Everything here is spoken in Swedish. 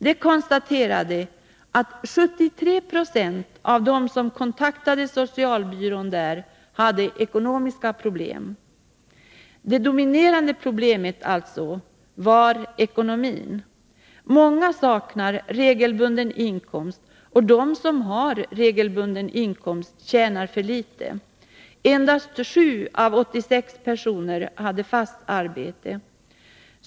De konstaterade att 73 70 av dem som kontaktade socialbyrån där hade ekonomiska problem. Det dominerande problemet var alltså ekonomin. Många saknade regelbunden inkomst, och de som hade en sådan tjänade för litet. Endast 7 av 86 personer hade fast arbete.